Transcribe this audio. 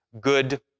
good